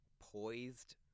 poised